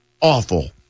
awful